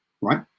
right